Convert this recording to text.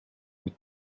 mit